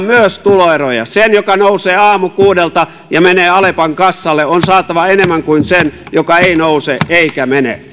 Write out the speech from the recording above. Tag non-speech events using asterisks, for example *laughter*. *unintelligible* myös tuloeroja sen joka nousee aamukuudelta ja menee alepan kassalle on saatava enemmän kuin sen joka ei nouse eikä mene